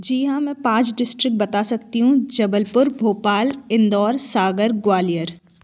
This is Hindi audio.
जी हाँ मैं पाँच डिस्ट्रिक्ट बता सकती हूँ जबलपुर भोपाल इंदौर सागर ग्वालियर